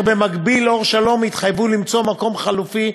במקביל, "אור שלום" התחייבו למצוא מקום חלופי.